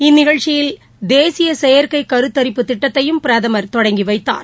இந்நிகழ்ச்சியில் தேசிய செயற்கை கருத்தரிப்பு திட்டத்தையும் பிரதமர் தொடங்கி வைத்தார்